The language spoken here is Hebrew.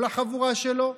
כל החבורה שלו,